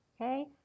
okay